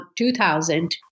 2000